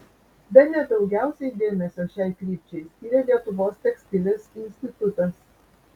bene daugiausiai dėmesio šiai krypčiai skiria lietuvos tekstilės institutas